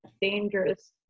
dangerous